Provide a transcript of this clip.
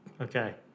Okay